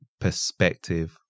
perspective